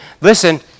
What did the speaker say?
Listen